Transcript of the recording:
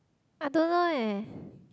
I don't know eh